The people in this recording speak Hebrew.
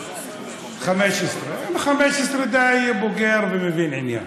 15, 15, די בוגר ומבין עניין.